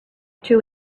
two